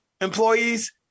employees